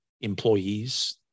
Employees